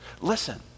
Listen